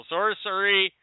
Sorcery